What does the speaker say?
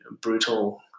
brutal